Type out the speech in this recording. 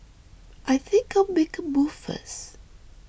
I think I'll make a move first